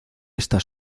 estas